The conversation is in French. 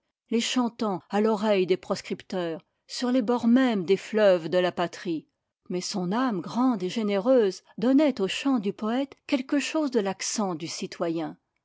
les chantant à l'oreille des prescripteurs sur les bords même des fleuves de la patrie mais son ame grande et généreuse donnait aux chants du poète quelque chose de l'accent du citoyen